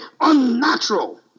unnatural